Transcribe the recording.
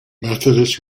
methodist